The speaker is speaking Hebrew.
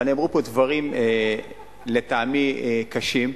אבל נאמרו פה דברים לטעמי קשים,